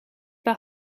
par